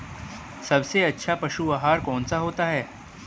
सबसे अच्छा पशु आहार कौन सा होता है?